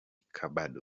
kabod